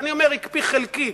אני אומר: הקפיא חלקית,